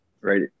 right